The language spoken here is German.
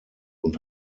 und